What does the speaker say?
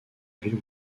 ville